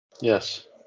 Yes